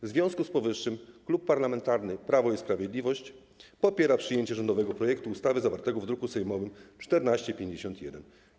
W związku z powyższym Klub Parlamentarny Prawo i Sprawiedliwość popiera przyjęcie rządowego projektu ustawy zawartego w druku sejmowym nr 1451.